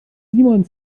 simon